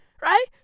right